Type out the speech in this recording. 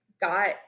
got